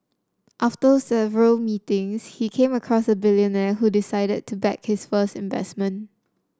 after several meetings he came across a billionaire who decided to back his first investment